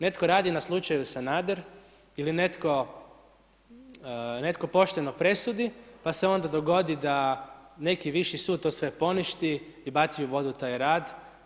Netko radi na slučaju Sanader ili netko pošteno presudi, pa se onda dogodi da neki viši sud to sve poništi i baci u vodu taj rad.